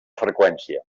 freqüència